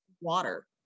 water